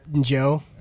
Joe